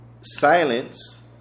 silence